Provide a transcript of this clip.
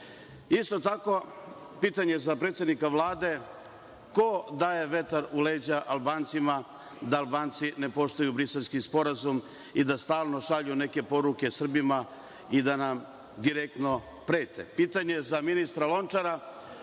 tako, pitanje za predsednika Vlade – ko daje vetar u leđa Albancima da Albanci ne poštuju Briselski sporazum i da stalno šalju neke poruke Srbima i da nam direktno prete? Pitanje za ministra Lončara